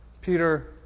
Peter